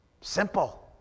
Simple